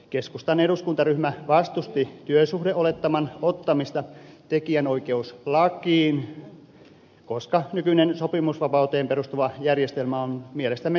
keskustan eduskuntaryhmä vastusti työsuhdeolettaman ottamista tekijänoikeuslakiin koska nykyinen sopimusvapauteen perustava järjestelmä on mielestämme hyvä